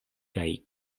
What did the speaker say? kaj